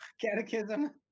catechism